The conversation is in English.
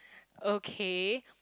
okay